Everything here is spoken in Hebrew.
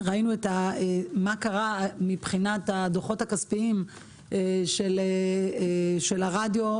ראינו מה קרה מבחינת הדוחות הכספיים של הרדיו,